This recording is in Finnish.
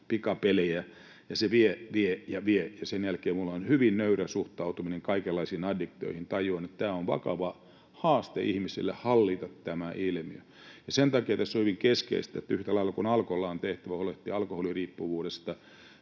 pikapelejä, ja se vie, vie ja vie, ja sen jälkeen minulla on hyvin nöyrä suhtautuminen kaikenlaisiin addiktioihin. Tajuan, että on vakava haaste ihmisille hallita tämä ilmiö. Sen takia tässä on hyvin keskeistä, että yhtä lailla kuin Alkolla on tehtävä huolehtia alkoholiriippuvuudesta,